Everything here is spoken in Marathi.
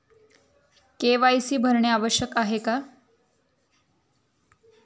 के.वाय.सी भरणे आवश्यक आहे का?